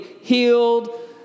healed